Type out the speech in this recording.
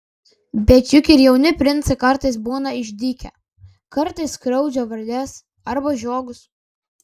bet juk ir jauni princai kartais būna išdykę kartais skriaudžia varles arba žiogus